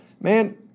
man